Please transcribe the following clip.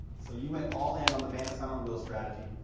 so you went all in on the bandit sign on wheels strategy.